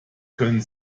können